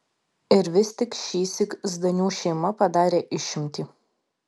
ir vis tik šįsyk zdanių šeima padarė išimtį